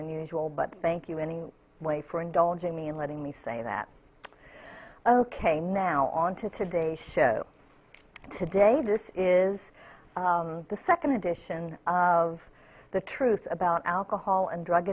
unusual but thank you any way for indulging me and letting me say that ok now on to today's show today this is the second edition of the truth about alcohol and drug